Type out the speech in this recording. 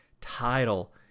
title